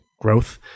growth